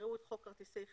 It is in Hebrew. יקראו את חוק כרטיסי חיוב,